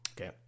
okay